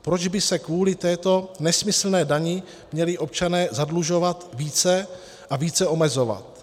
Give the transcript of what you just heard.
Proč by se kvůli této nesmyslné dani měli občané více zadlužovat a více omezovat?